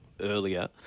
earlier